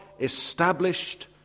established